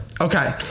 Okay